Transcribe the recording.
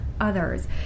others